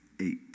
eight